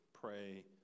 pray